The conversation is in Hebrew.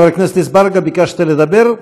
חבר הכנסת אזברגה, ביקשת לדבר?